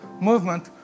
movement